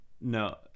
No